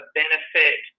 benefit